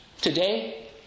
today